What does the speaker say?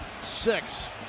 six